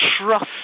trust